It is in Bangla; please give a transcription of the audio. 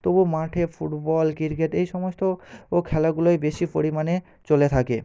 তবু মাঠে ফুটবল ক্রিকেট এই সমস্ত ও খেলাগুলোই বেশি পরিমাণে চলে থাকে